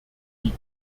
die